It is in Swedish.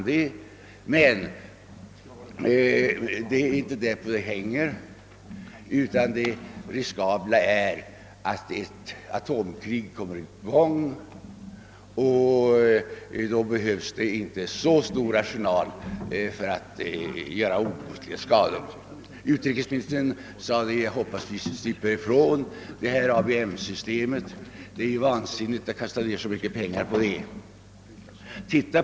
Det riskabla är emellertid att ett atomkrig kan påbörjas, och då behövs det inte så stor arsenal för att åstadkomma obotliga skador. Utrikesministern sade sig hoppas att vi slipper ifrån ABM-systemet, eftersom det är vansinnigt att lägga ned så myc ket pengar: på något sådant.